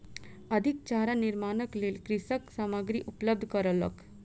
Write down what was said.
अधिक चारा निर्माणक लेल कृषक सामग्री उपलब्ध करौलक